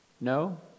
No